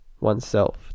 oneself